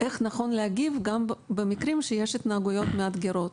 איך נכון להגיב במקרים בהם יש התנהגויות מאתגרות.